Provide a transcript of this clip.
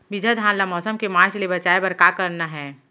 बिजहा धान ला मौसम के मार्च ले बचाए बर का करना है?